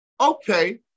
okay